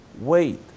wait